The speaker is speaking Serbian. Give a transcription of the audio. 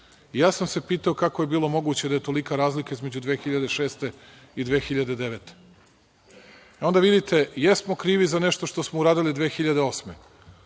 ja sam se pitao kako je bilo moguće da je tolika razlika između 2006. i 2009. godine. Onda vidite, jesmo krivi za nešto što smo uradili 2008.